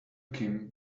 kim